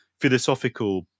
philosophical